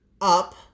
up